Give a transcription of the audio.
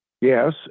Yes